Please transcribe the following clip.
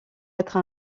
être